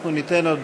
אנחנו ניתן עוד